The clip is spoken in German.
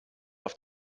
auf